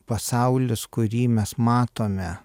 pasaulis kurį mes matome